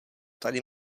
tady